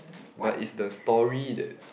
but it's the story that